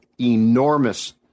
enormous